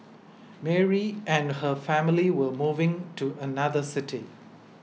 Mary and her family were moving to another city